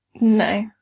No